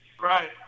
Right